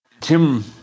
Tim